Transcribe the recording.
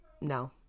No